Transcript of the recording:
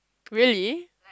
really